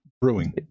brewing